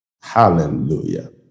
Hallelujah